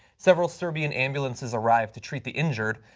several serbian ambulances arrive to treat the injured.